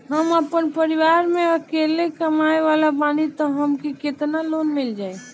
हम आपन परिवार म अकेले कमाए वाला बानीं त हमके केतना लोन मिल जाई?